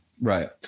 Right